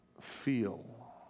feel